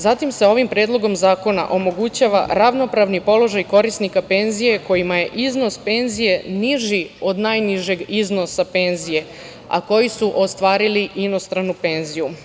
Zatim se ovim Predlogom zakona omogućava ravnopravni položaj korisnika penzije kojima je iznos penzije niži od najnižeg iznosa penzije, a koji su ostvarili inostranu penziju.